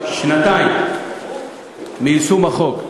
שנתיים של יישום החוק,